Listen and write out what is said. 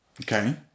Okay